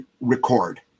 record